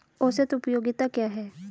औसत उपयोगिता क्या है?